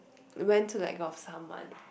when to let go of someone